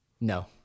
No